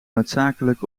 noodzakelijk